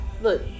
Look